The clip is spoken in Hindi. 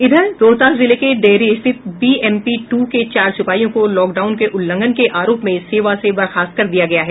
इधर रोहतास जिले के डेहरी स्थित बीएमपी टू के चार सिपाहियों को लॉकडाउन के उल्लंघन के आरोप में सेवा से बर्खास्त कर दिया गया है